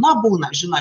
na būna žino